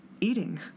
Eating